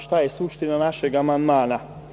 Šta je suština našeg amandmana?